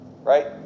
Right